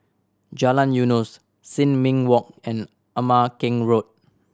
Jalan Eunos Sin Ming Walk and Ama Keng Road